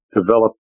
develop